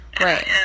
Right